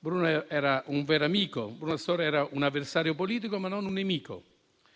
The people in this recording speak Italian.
Bruno Astorre era un vero amico, un avversario politico, ma non un nemico.